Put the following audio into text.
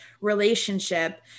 relationship